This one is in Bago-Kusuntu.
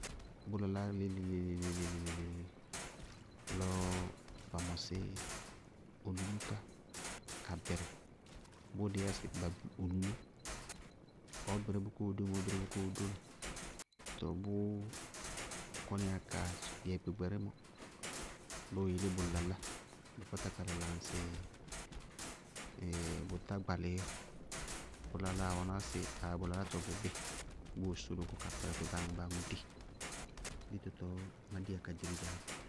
Bʋ laláa léle-léle léle-léle léle-léle, lɔ ba mɔsí olúlú ká ka bɩrɩ, bʋʋ dɩí yá sɩ ba bú olúlú, ɔɔ bɩrí bʋká ɔɔ dóŋi ɔɔ bɩrí bʋká ɔɔ dóŋi. Tɔɔ bʋ kɔníya kaa yɛ gbɛgbɛrímɔ, lɔ ɔ yelé bʋ laláa, bʋ kpátáa ka lala ŋsɩ bʋtá gbalɩ ɔɔ. Bʋ laláa ɔ ná sɩ aayí bʋ lalátɔ bʋ bíɩ, bʋʋ ʋ sólo kóo ka kpɛrɛ fɛ báa aŋʋ báa aŋʋ dii. Dito tɔɔ má diyá ka diri dzaá dzɛ.